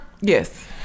Yes